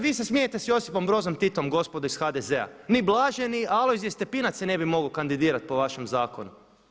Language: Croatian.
Vi se smijete sa Josipom Brozom Titom gospodo iz HDZ-a, ni blaženi Alojzije Stepenica se ne bi mogao kandidirati po vašem zakonu.